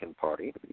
party